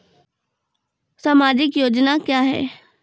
समाजिक योजना क्या हैं?